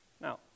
Now